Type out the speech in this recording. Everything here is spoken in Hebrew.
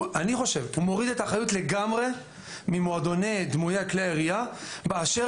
הוא מוריד את האחריות לגמרי ממועדוני דמויי כלי ירייה באשר